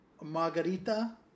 margarita